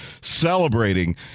celebrating